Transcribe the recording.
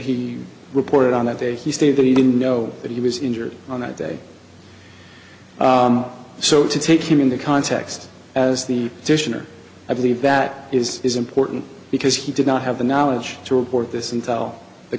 he reported on that day he stated that he didn't know that he was injured on that day so to take him in the context as the official or i believe that is is important because he did not have the knowledge to report this until the